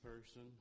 person